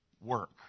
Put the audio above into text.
work